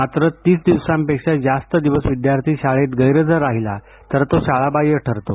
मात्र तीस दिवसांपेक्षा जास्त दिवस विद्यार्थी शाळेत गैरहजर राहिला तर तो शाळाबाह्य ठरतो